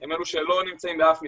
הם מאלו שלא נמצאים באף מסגרת.